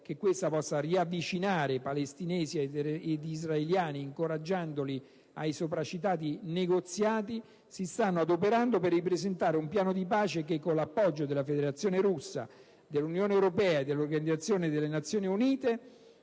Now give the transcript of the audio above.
che questa possa riavvicinare palestinesi ed israeliani incoraggiandoli ai sopracitati negoziati - si stanno adoperando per ripresentare un piano di pace che, con l'appoggio della Federazione Russa, dell'Unione europea e dell'Organizzazione delle Nazioni Unite,